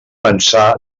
pensar